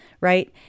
Right